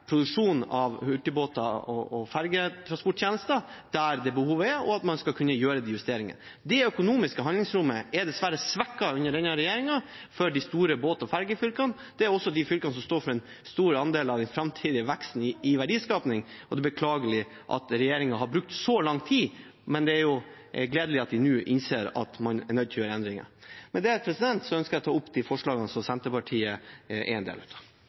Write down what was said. av hurtigbåt- og ferjetransporttjenester der det behovet er, og at man skal kunne gjøre justeringer. Det økonomiske handlingsrommet er dessverre svekket under denne regjeringen, for de store båt- og ferjefylkene. Det er også de fylkene som står for en stor andel av den framtidige veksten i verdiskaping. Det er beklagelig at regjeringen har brukt så lang tid, men det er gledelig at den nå innser at man er nødt til å gjøre endringer. Med det ønsker jeg å ta opp de forslagene som Senterpartiet er en del av.